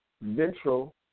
ventral